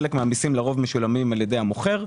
חלק מהמיסים לרוב משולמים על ידי המוכר.